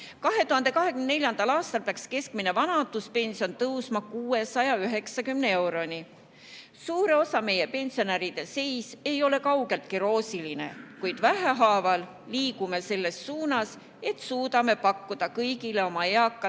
2024. aastal peaks keskmine vanaduspension tõusma 690 euroni. Suure osa meie pensionäride seis ei ole kaugeltki roosiline, kuid vähehaaval liigume selles suunas, et suudame pakkuda kõigile oma eakatele